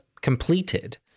completed